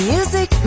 Music